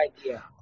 idea